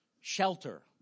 shelter